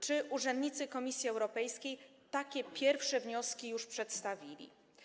Czy urzędnicy Komisji Europejskiej takie pierwsze wnioski już przedstawili?